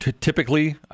typically